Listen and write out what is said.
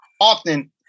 often